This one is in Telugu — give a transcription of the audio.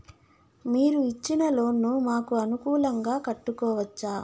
మీరు ఇచ్చిన లోన్ ను మాకు అనుకూలంగా కట్టుకోవచ్చా?